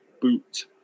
boot